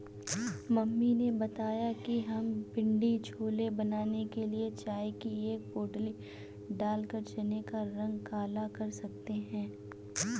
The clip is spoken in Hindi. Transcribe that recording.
मम्मी ने बताया कि हम पिण्डी छोले बनाने के लिए चाय की एक पोटली डालकर चने का रंग काला कर सकते हैं